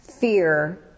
fear